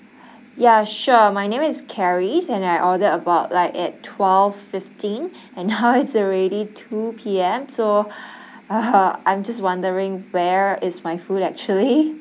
ya sure my name is charis and I order about like at twelve fifteen and now it's already two P_M so uh I'm just wondering where is my food actually